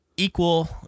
Equal